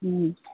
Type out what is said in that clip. ꯎꯝ